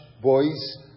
boys